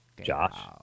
Josh